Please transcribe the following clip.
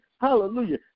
hallelujah